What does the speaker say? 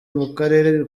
mukarere